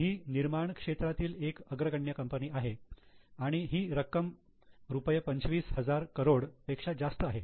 ही निर्माण क्षेत्रातील एक अग्रगण्य कंपनी आहे आणि ही रक्कम रुपये पंचवीस हजार करोड पेक्षा जास्त आहे